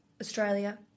australia